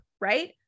right